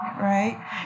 right